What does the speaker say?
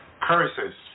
curses